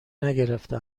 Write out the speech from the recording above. نگرفته